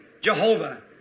Jehovah